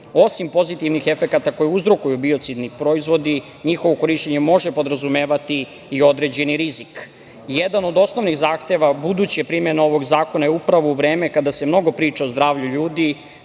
dr.Osim pozitivnih efekata koje uzrokuju biocidni proizvodi, njihovo korišćenje može podrazumevati i određeni rizik. Jedan od osnovnih zahteva buduće primene ovog zakona je upravo u vreme kada se mnogo priča o zdravlju ljudi,